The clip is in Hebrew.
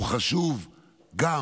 הוא חשוב גם